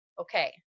okay